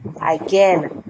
Again